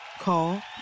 Call